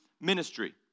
ministry